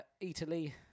Italy